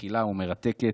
מכילה ומרתקת.